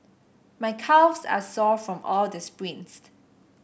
my calves are sore from all the sprints